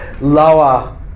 lower